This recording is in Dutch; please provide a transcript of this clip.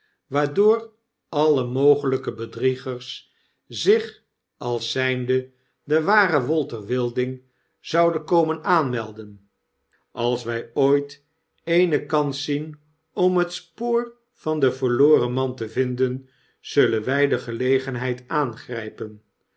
waardoor alle mogelijke bedriegers zich als zgnde de ware walter wilding zouden komen aanmelden als wg ooit eene kans zien om het spoor van den verloren man te vinden zullen wg de gelegenheid aangrgpen